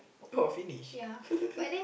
oh finish